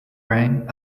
rang